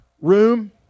room